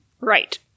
Right